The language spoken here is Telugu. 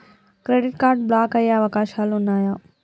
క్రెడిట్ కార్డ్ బ్లాక్ అయ్యే అవకాశాలు ఉన్నయా?